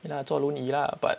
ya lah 坐轮椅 lah but